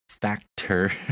factor